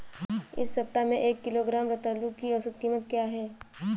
इस सप्ताह में एक किलोग्राम रतालू की औसत कीमत क्या है?